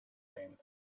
cream